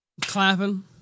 clapping